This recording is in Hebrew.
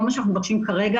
כל מה שאנחנו מבקשים כרגע,